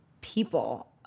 people